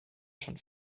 schon